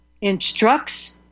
instructs